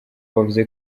bavuze